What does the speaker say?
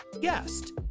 guest